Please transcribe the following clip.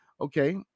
Okay